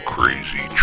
Crazy